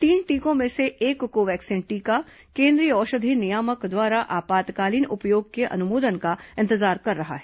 तीन टीकों में से एक को वैक्सीन टीका केंद्रीय औषधि नियामक द्वारा आपातकालीन उपयोग के अनुमोदन का इंतजार कर रहा है